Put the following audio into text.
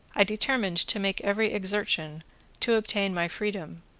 i determined to make every exertion to obtain my freedom,